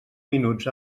minuts